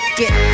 get